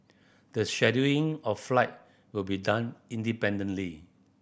the scheduling of flight will be done independently